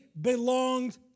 belonged